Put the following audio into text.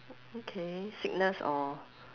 okay sickness or